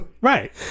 Right